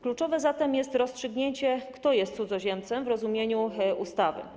Kluczowe zatem jest rozstrzygnięcie, kto jest cudzoziemcem w rozumieniu ustawy.